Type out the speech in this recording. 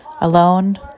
alone